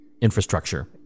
infrastructure